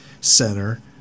Center